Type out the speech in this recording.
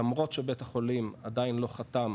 למרות שבית החולים עדיין לא חתם,